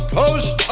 coast